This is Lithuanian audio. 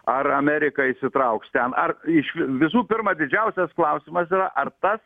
ar amerika įsitrauks ten ar iš vi visų pirma didžiausias klausimas yra ar tas